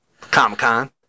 Comic-Con